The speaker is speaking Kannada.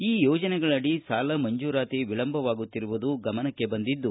ಈ ಯೋಜನೆಗಳಡಿ ಸಾಲ ಮಂಜೂರಾತಿ ವಿಳಂಬವಾಗುತ್ತಿರುವುದು ಗಮನಕ್ಕೆ ಬಂದಿದ್ದು